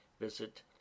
visit